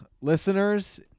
Listeners